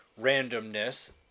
randomness